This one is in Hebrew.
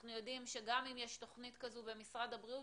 אנחנו יודעים שגם אם יש תכנית כזאת במשרד הבריאות,